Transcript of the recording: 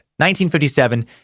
1957